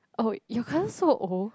oh your cousin so old